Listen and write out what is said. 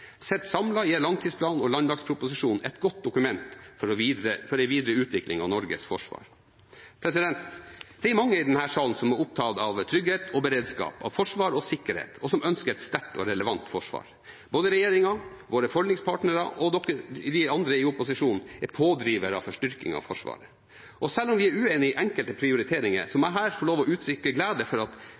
sett gir langtidsplanen og landmaktproposisjonen et godt dokument for videre utvikling av Norges forsvar. Det er mange i denne salen som er opptatt av trygghet og beredskap, av forsvar og sikkerhet, og som ønsker et sterkt og relevant forsvar. Både regjeringen, våre forlikspartnere og de andre i opposisjonen er pådrivere for styrking av Forsvaret. Selv om vi er uenig i enkelte prioriteringer, må jeg her få lov til å uttrykke glede over at vi har en bred enighet om de store linjene, til beste for